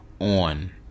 on